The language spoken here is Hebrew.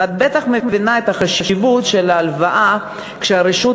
ואת בטח מבינה את החשיבות של ההלוואה כשהרשות